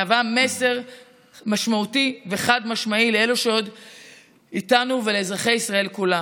מהווה מסר משמעותי וחד-משמעי לאלה שעוד איתנו ולאזרחי ישראל כולם: